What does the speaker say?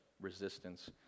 resistance